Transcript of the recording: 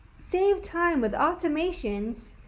save time with automations,